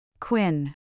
Quinn